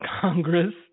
Congress